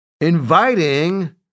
inviting